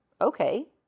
okay